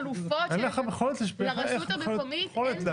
בבחינת חלופות לרשות המקומית אין